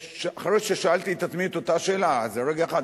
אחרי ששאלתי את עצמי את אותה שאלה: רגע אחד,